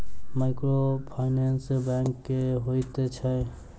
Microfinance bank की होइत अछि?